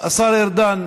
השר ארדן,